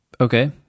Okay